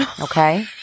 okay